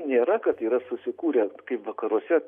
nėra kad yra susikūrę kaip vakaruose